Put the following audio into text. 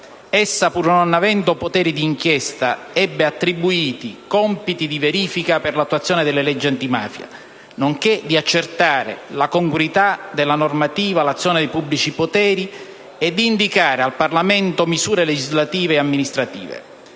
essa, pur non avendo poteri di inchiesta, ebbe attribuiti compiti di verifica per l'attuazione delle leggi antimafia, nonché di accertare la congruità della normativa, l'azione dei pubblici poteri e di indicare al Parlamento misure legislative e amministrative.